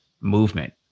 movement